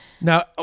Now